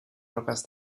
rocas